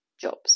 jobs